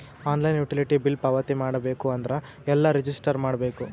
Online utility bill ಪಾವತಿ ಮಾಡಬೇಕು ಅಂದ್ರ ಎಲ್ಲ ರಜಿಸ್ಟರ್ ಮಾಡ್ಬೇಕು?